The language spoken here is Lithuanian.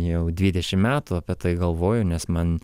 jau dvidešim metų apie tai galvoju nes man